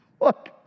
Look